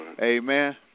Amen